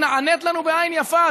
היא נענית לנו בעין יפה,